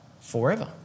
forever